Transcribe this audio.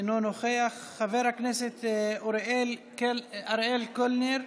אינו נוכח, חבר הכנסת אריאל קלנר,